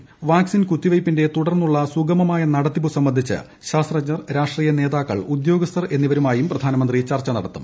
പിന്നീട് വാക്സിൻ കുത്തിവയ്പ്പിന്റെ തുടർന്നൂള്ളിക്സുഗമമായ നടത്തിപ്പു സംബന്ധിച്ച് ശാസ്ത്രജ്ഞർ രാഷ്ട്രീടിയ നേതാക്കൾ ഉദ്യോഗസ്ഥർ എന്നിവരുമായും പ്രധാനമന്ത്രി ചർച്ച നടത്തും